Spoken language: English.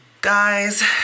guys